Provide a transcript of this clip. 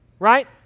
Right